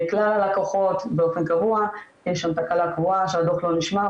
לכלל הלקוחות באופן קבוע יש שם תקלה קבועה שהדו"ח לא נשמר,